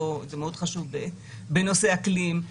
זה חשוב מאוד בנושא אקלים,